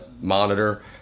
monitor